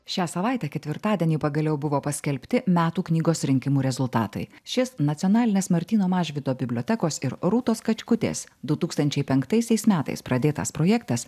šią savaitę ketvirtadienį pagaliau buvo paskelbti metų knygos rinkimų rezultatai šis nacionalinės martyno mažvydo bibliotekos ir rūtos kačkutės du tūkstančiai penktaisiais metais pradėtas projektas